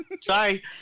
Sorry